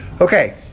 Okay